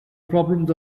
problems